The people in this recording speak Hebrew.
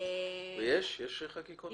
יש חקיקות דומות?